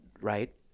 right